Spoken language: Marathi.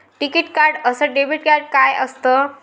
टिकीत कार्ड अस डेबिट कार्ड काय असत?